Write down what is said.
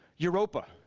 europa.